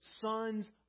sons